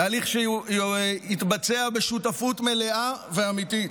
תהליך שיתבצע בשותפות מלאה ואמיתית.